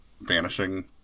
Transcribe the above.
vanishing